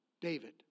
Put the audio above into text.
David